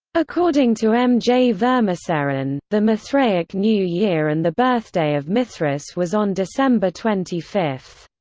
according to m. j. vermaseren, the mithraic new year and the birthday of mithras was on december twenty five.